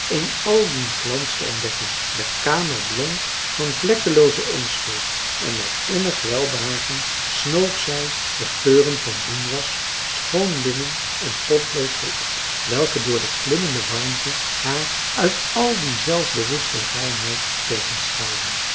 in al dien glans te ontdekken de kamer blonk van vlekkelooze onmarcellus emants een drietal novellen schuld en met innig welbehagen snoof zij de geuren van boenwas schoon linnen en potloodsel op welke door de klimmende warmte haar uit al die zelfbewuste reinheid